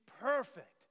perfect